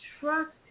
trust